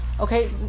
Okay